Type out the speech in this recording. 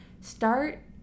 start